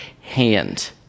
hand